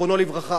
זיכרונו לברכה,